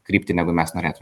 kryptį negu mes norėtumėm